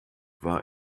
war